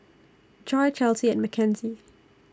Joy Chelsy and Mackenzie